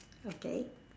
okay